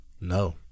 No